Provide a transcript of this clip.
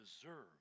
deserve